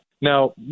Now